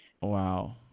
Wow